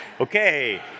Okay